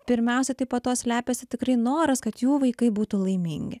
pirmiausia tai po to slepiasi tikrai noras kad jų vaikai būtų laimingi